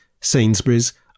Sainsbury's